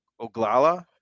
oglala